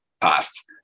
past